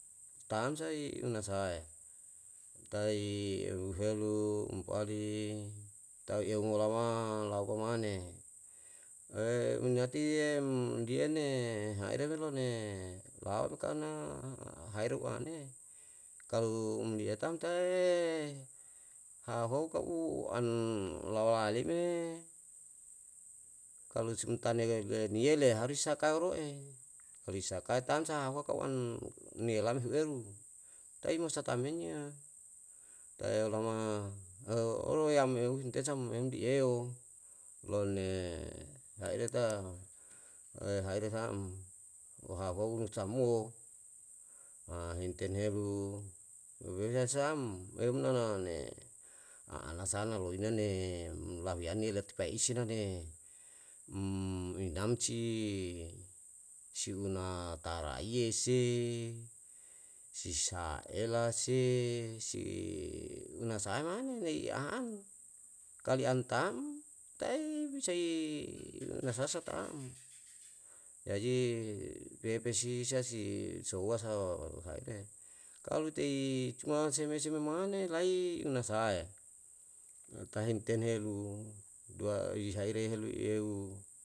tam sa i una sahae? Uta'i ehuelu umpali tae eu mo lama laupa mane, minyati yem diyene haire le lon ne laonkana haire u ane, aklu um lietan tae hahou ka'u an lawali me kalu sumtane niyele harus sakao ro'e, risakae tamsa huakau an nelan hu eru, tai mo sa tamyen yo, tae olama eo oro yam ehu intesa mo emdi eo, lon ne haere ta haere tam. Huwo hahuo unu samu wo, himten helu, weweria sam, emnanan ne aana sana loina ne umlahuyane latupaisi nane, umrinam si, si una taraiye se, si saela se, si una sahae mane lai i an, kalu an tam taei bisai nasa hasa tam. Jaji pepesi isa si souwa sao haire, kalu tei cuma seme seme mane lai una sahae? Na tae himten helu, duai saire helu i eu